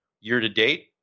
Year-to-date